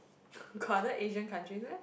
got other Asian countries meh